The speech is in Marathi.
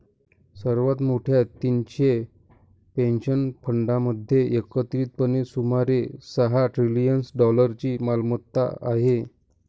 सर्वात मोठ्या तीनशे पेन्शन फंडांमध्ये एकत्रितपणे सुमारे सहा ट्रिलियन डॉलर्सची मालमत्ता आहे